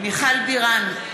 מיכל בירן,